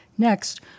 Next